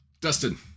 Dustin